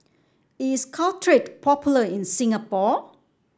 is Caltrate popular in Singapore